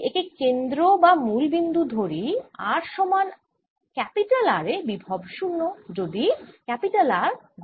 আমি যদি একে কেন্দ্র বা মুল বিন্দু ধরি r সমান R এ বিভব 0 যদি R গোলক টির ব্যসার্ধ হয় V rR0